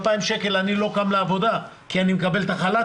2,000 שקלים אני לא קם לעבודה כי אני מקבל חל"ת,